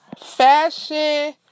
Fashion